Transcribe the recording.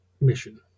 mission